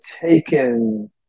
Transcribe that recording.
taken